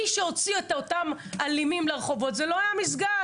מי שהוציא את אותם האלימים לרחובות זה לא היה מסגד.